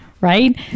right